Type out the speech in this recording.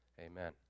amen